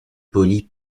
poli